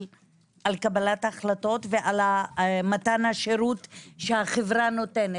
קבלת ההחלטות ועל מתן השירות שהחברה נותנת.